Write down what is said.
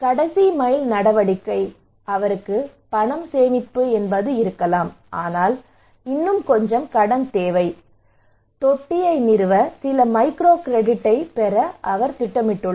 கடைசி மைல் நடவடிக்கை அவருக்கு பணம் சேமிப்பு இருக்கலாம் ஆனால் இன்னும் கொஞ்சம் கடன் தேவை தொட்டியை நிறுவ சில மைக்ரோ கிரெடிட்டைப் பெற அவர் திட்டமிட்டுள்ளார்